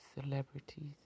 celebrities